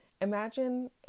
imagine